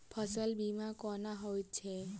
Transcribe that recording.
फसल बीमा कोना होइत छै?